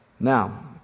Now